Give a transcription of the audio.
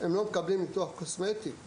לא מקבלים ניתוח קוסמטי;